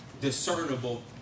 discernible